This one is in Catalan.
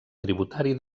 tributari